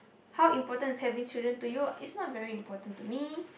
how important is having children to you it's not very important to me